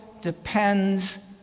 depends